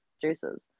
juices